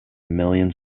millions